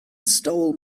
stole